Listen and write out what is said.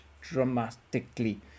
dramatically